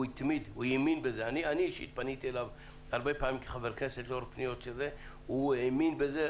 אני אישית פניתי אליו כחבר כנסת בנושא אבל הוא האמין בזה,